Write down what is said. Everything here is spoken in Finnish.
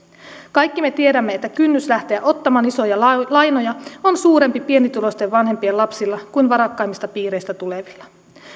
kaikki me tiedämme että kynnys lähteä ottamaan isoja lainoja on suurempi pienituloisten vanhempien lapsilla kuin varakkaimmista piireistä tulevilla